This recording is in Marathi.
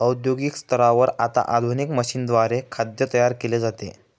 औद्योगिक स्तरावर आता आधुनिक मशीनद्वारे खाद्य तयार केले जाते